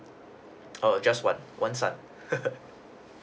oh just one one son